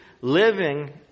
living